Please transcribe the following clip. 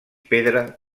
pedra